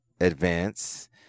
advance